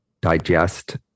digest